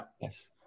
Yes